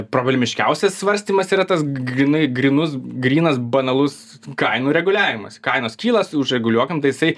problemiškiausias svarstymas yra tas grynai grynus grynas banalus kainų reguliavimas kainos kyla užreguliuokim tai jisai